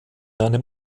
einem